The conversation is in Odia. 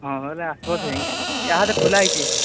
ହଁ ଆରେ ଆସିବ ସେ ଯାଇଁ କି ଏହାଦେ ଖୋଲା ହେଇଛି